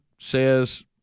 says